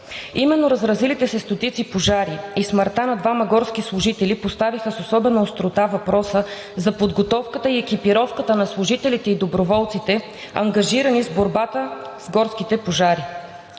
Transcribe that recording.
Именно разразилите се стотици пожари и смъртта на двамата горски служители поставиха с особена острота въпроса за подготовката и екипировката на служителите и доброволците, ангажирани в борбата с горските пожари.